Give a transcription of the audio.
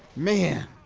man.